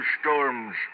storms